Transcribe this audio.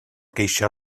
geisio